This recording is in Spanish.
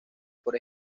por